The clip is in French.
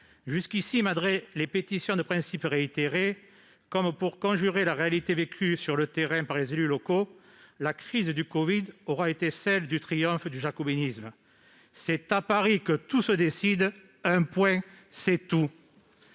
présent, malgré les pétitions de principe réitérées comme pour conjurer la réalité vécue sur le terrain par les élus locaux, la crise du covid a été le triomphe du jacobinisme. C'est à Paris que tout se décide, un point c'est tout.